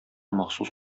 махсус